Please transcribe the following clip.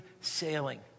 sailing